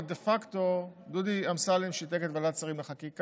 אבל דה פקטו דודי אמסלם שיתק את ועדת השרים לחקיקה,